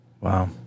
Wow